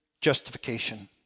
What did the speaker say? justification